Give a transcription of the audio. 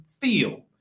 feel